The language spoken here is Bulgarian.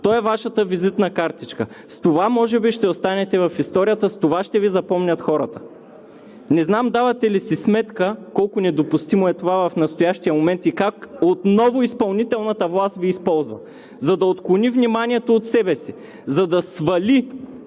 Той е Вашата визитна картичка. С това може би ще останете в историята, с това ще Ви запомнят хората. Не знам давате ли си сметка колко недопустимо е това в настоящия момент и как отново изпълнителната власт го използва, за да отклони вниманието от себе си, за да свали